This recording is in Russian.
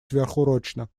сверхурочно